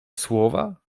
słowa